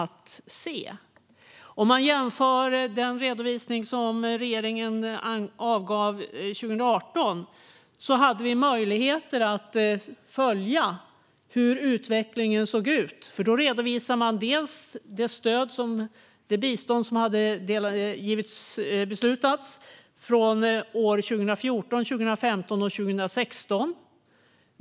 I den redovisning som regeringen avgav 2018 hade vi möjlighet att följa hur utvecklingen såg ut, för då redovisade man också det bistånd som beslutats åren 2014, 2015 och 2016.